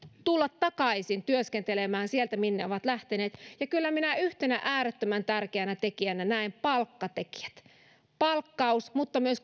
tulla takaisin työskentelemään sieltä minne ovat lähteneet ja kyllä minä yhtenä äärettömän tärkeänä tekijänä näen palkkatekijät mutta myös